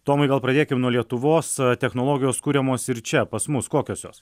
tomai gal pradėkim nuo lietuvos technologijos kuriamos ir čia pas mus kokios jos